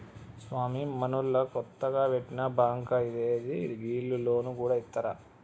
స్వామీ, మనూళ్ల కొత్తగ వెట్టిన బాంకా ఏంది, గీళ్లు లోన్లు గూడ ఇత్తరా